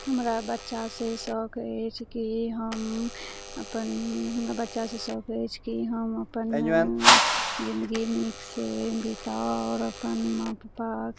हमरा बच्चा सऽ शौक अछि कि हम अपन हमरा बच्चा सऽ शौक अछि कि हम अपन जिन्दगी नीक सऽ बिताउ आओर अपन माँ पापा